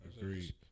Agreed